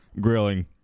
grilling